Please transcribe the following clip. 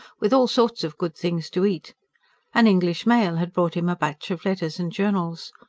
with all sorts of good things to eat an english mail had brought him a batch of letters and journals.